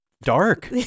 dark